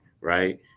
right